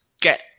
get